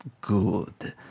Good